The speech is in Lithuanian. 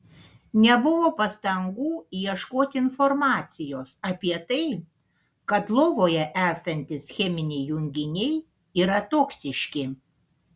nebuvo pastangų ieškoti informacijos apie tai kad lovoje esantys cheminiai junginiai yra toksiški